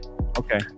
Okay